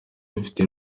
dufite